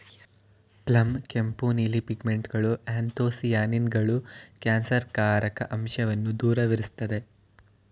ಪ್ಲಮ್ನ ಕೆಂಪು ನೀಲಿ ಪಿಗ್ಮೆಂಟ್ಗಳು ಆ್ಯಂಥೊಸಿಯಾನಿನ್ಗಳು ಕ್ಯಾನ್ಸರ್ಕಾರಕ ಅಂಶವನ್ನ ದೂರವಿರ್ಸ್ತದೆ